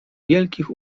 wielkich